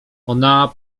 ona